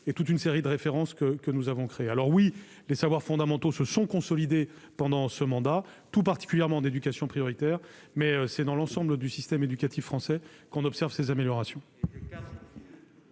toute une série de références que nous avons créées. Oui, les savoirs fondamentaux se sont consolidés pendant ce mandat, tout particulièrement dans les réseaux d'éducation prioritaire ; c'est aussi dans l'ensemble du système éducatif français que l'on observe ces améliorations.